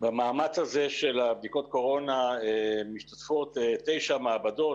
במאמץ הזה של בדיקות הקורונה משתתפות תשע מעבדות,